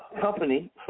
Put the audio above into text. company